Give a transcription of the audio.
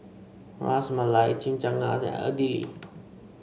Ras Malai Chimichangas and Idili